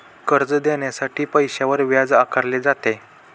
कर्ज देण्यासाठी पैशावर व्याज आकारले जाते